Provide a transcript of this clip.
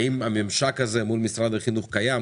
האם הממשק הזה מול משרד החינוך קיים?